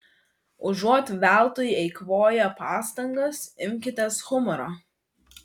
užuot veltui eikvoję pastangas imkitės humoro